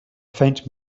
faint